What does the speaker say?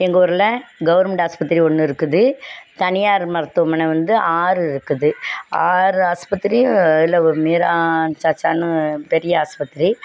எங்கூரில் கவர்மெண்ட் ஆஸ்பத்திரி ஒன்று இருக்குது தனியார் மருத்துவமனை வந்து ஆறு இருக்குது ஆறு ஆஸ்பத்திரி இல்லை ஒரு மீரா சாச்சான்னு பெரிய ஆஸ்பத்திரி